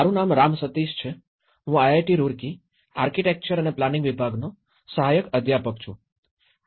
મારું નામ રામ સતીશ છે હું આઈઆઈટી રૂરકી આર્કિટેક્ચર અને પ્લાનિંગ વિભાગનો સહાયક અધ્યાપક છું